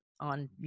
on